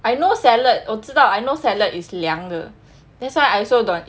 I know salad 我知道 I know salad is 凉的 that's why I also don't want